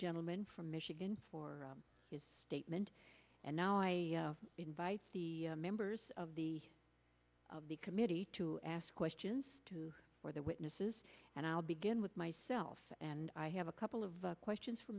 gentleman from michigan for his statement and now i invite the members of the committee to ask questions for the witnesses and i'll begin with myself and i have a couple of questions for